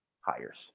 hires